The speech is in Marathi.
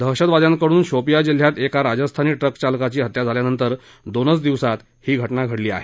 दहशतवाद्यांकडून शोपिया जिल्ह्यात एका राजस्थानी ट्रक चालकाची हत्या झाल्यानंतर दोनच दिवसात ही घटना घडली आहे